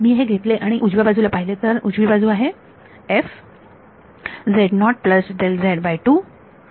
मी हे घेतले आणि उजव्या बाजूला पाहिले तर उजवी बाजू आहे